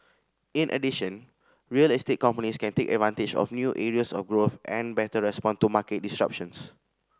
in addition real estate companies can take advantage of new areas of growth and better respond to market disruptions